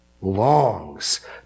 longs